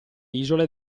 isole